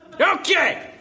Okay